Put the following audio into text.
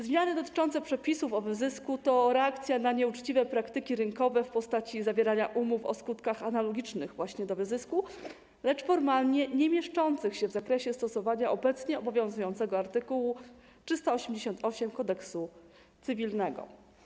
Zmiany dotyczące przepisów o wyzysku to reakcja na nieuczciwe praktyki rynkowe w postaci zawierania umów o skutkach analogicznych właśnie do wyzysku, lecz formalnie niemieszczących się w zakresie stosowania obecnie obowiązującego art. 388 Kodeksu cywilnego.